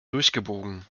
durchgebogen